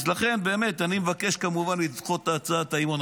אז לכן באמת אני מבקש כמובן לדחות את הצעת האי-אמון.